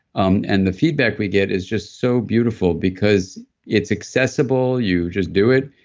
um and the feedback we get is just so beautiful, because it's accessible. you just do it.